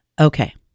Okay